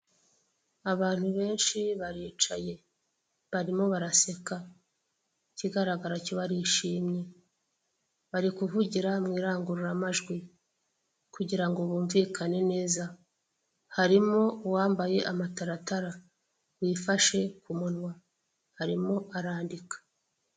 Abantu benshi baricaye barimo baraseka ikigaragara cyo barishimye, bari kuvugira mu irangururamajwi kugira ngo bumvikane neza, harimo uwambaye amataratara wifashe ku munwa arimo arandika.